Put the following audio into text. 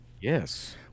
yes